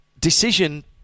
decision